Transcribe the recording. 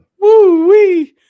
Woo-wee